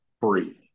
breathe